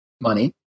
money